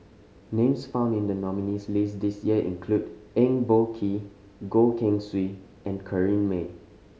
names found in the nominees' list this year include Eng Boh Kee Goh Keng Swee and Corrinne May